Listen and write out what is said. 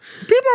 People